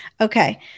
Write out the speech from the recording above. Okay